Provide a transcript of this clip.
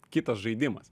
kitas žaidimas